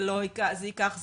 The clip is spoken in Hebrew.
זה ייקח זמן,